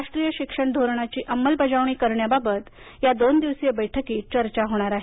राष्ट्रीय शिक्षण धोरणाची अंमलबजावणी करण्याबाबत या दोन दिवसीय बैठकीत चर्चा होणार आहे